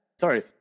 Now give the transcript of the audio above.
Sorry